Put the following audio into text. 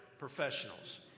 professionals